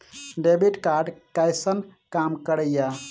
Debit card कैसन काम करेया?